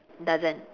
doesn't